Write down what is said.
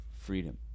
freedom